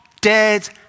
dead